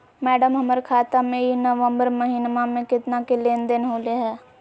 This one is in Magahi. मैडम, हमर खाता में ई नवंबर महीनमा में केतना के लेन देन होले है